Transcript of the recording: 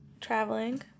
traveling